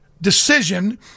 decision